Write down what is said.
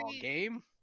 game